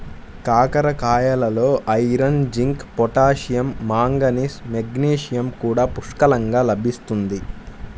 కాకరకాయలలో iron, zinc, potassium, manganese, magnesium కూడా పుష్కలంగా లభిస్తుంది